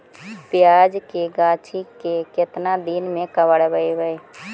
प्याज के गाछि के केतना दिन में कबाड़बै?